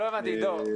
לא הבנתי, עידו.